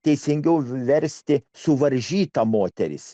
teisingiau versti suvaržyta moterys